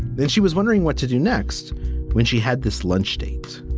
and she was wondering what to do next when she had this lunch date